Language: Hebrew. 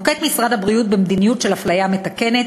נוקט משרד הבריאות מדיניות של אפליה מתקנת